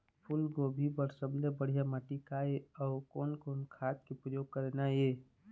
फूलगोभी बर सबले बढ़िया माटी का ये? अउ कोन कोन खाद के प्रयोग करना ये?